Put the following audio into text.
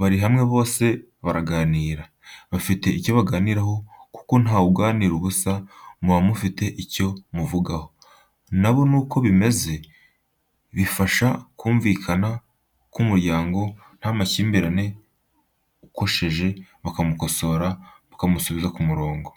bari hamwe bose baraganira, bafite icyo baganiraho kuko ntawuganira ubusa muba mufite icyo muvugaho. Na bo nuko bimeze. Bifasha kumvikana ku muryango ntamakimbirane, ukosheje bakamukosora, bakamusubiza ku murongo.